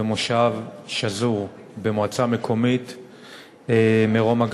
במושב שזור במועצה המקומית מרום-הגליל.